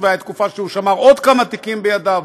הייתה תקופה שהוא שמר עוד כמה תיקים בידיו,